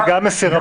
זה זמן יקר,